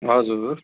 हजुर